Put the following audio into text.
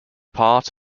parts